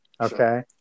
Okay